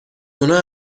اونا